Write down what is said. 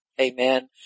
Amen